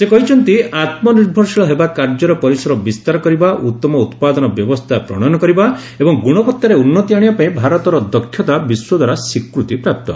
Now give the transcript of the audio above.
ସେ କହିଛନ୍ତି ଆତ୍ମ ନିର୍ଭରଶୀଳ ହେବା କାର୍ଯ୍ୟର ପରିସର ବିସ୍ତାର କରିବା ଉତ୍ତମ ଉତ୍ପାଦନ ବ୍ୟବସ୍ଥା ପ୍ରଣୟନ କରିବା ଏବଂ ଗୁଣବତ୍ତାର ଉନ୍ନତି ଆଣିବା ପାଇଁ ଭାରତର ଦକ୍ଷତା ବିଶ୍ୱ ଦ୍ୱାରା ସ୍ୱୀକୃତିପ୍ରାପ୍ତି